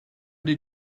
did